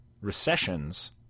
recessions